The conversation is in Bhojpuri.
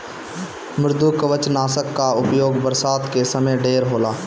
मृदुकवचनाशक कअ उपयोग बरसात के समय ढेर होला